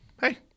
hey